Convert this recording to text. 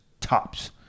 tops